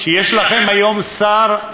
שיש לכם היום שר,